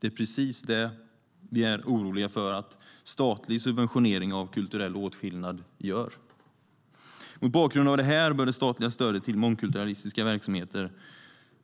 Det är precis det vi är oroliga för att statlig subventionering av kulturell åtskillnad gör. Mot bakgrund av det bör det statliga stödet till mångkulturalistiska verksamheter